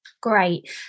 Great